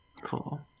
Cool